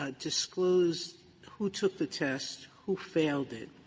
ah disclosed who took the test, who failed it,